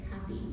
happy